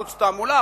ערוץ תעמולה,